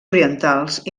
orientals